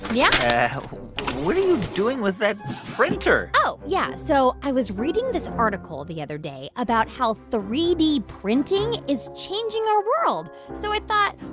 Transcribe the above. yeah what are you doing with that printer? oh, yeah, so i was reading this article the other day about how three d printing is changing our world. so i thought,